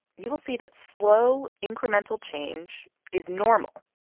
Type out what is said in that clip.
you will see that slow, incremental change is normal.